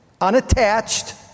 unattached